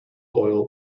oil